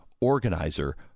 organizer